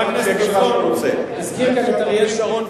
חבר הכנסת חסון הזכיר כאן את אריאל שרון,